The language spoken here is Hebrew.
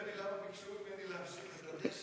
את הצעת חוק הגנת הצרכן (תיקון מס' 53)